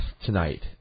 tonight